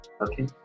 okay